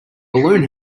balloon